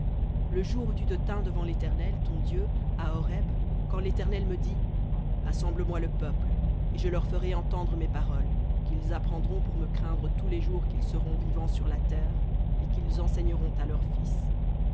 le jour où tu te tins devant l'éternel ton dieu à horeb quand l'éternel me dit assemble moi le peuple et je leur ferai entendre mes paroles qu'ils apprendront pour me craindre tous les jours qu'ils seront vivants sur la terre et qu'ils enseigneront à leurs fils